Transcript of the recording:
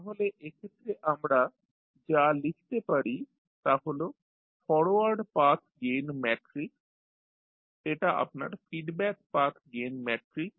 তাহলে এক্ষেত্রে আমরা যা লিখতে পারি তা হল ফরওয়ার্ড পাথ গেইন ম্যাট্রিক্স এটা আপনার ফিডব্যাক পাথ গেইন ম্যাট্রিক্স